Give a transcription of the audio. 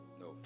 No